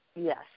Yes